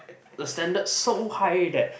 the standard so high that